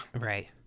Right